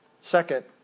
Second